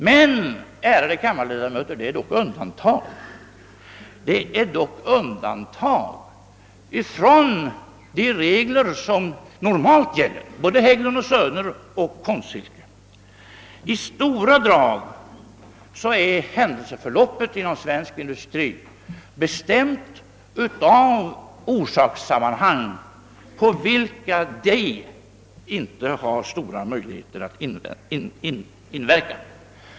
Men, ärade kammarledamöter, både Hägglund & Söner och Konstsilke AB är undantag från de regler som normalt gäller. I stora drag är händelseförloppet inom svensk industri bestämt av orsakssammanhang på vilka industrin inte har stora möjligheter att inverka.